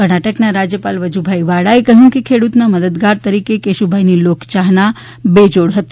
કર્ણાટકના રાજયપાલ વજુભાઈ વાળા એ કહ્યું છે કે ખેડૂતોના મદદગાર તરીકે કેશુભાઈની લોક ચાહના બેજોડ હતી